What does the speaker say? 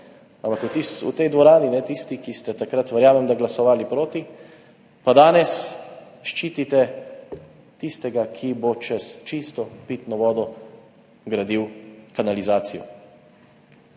ampak v tej dvorani pa danes tisti, ki ste takrat, verjamem, glasovali proti, ščitite tistega, ki bo čez čisto pitno vodo gradil kanalizacijo.